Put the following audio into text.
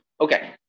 Okay